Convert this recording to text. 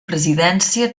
presidència